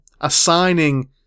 assigning